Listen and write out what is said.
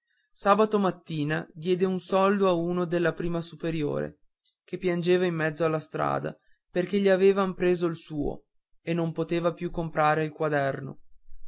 sabato mattina diede un soldo a uno della prima superiore che piangeva in mezzo alla strada perché gli avevan preso il suo e non poteva più comprare il quaderno